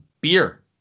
beer